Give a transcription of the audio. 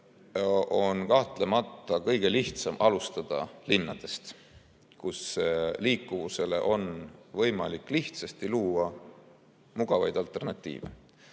on kahtlemata kõige lihtsam alustada linnadest, kus liikuvusele on võimalik lihtsasti luua mugavaid alternatiive.